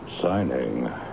signing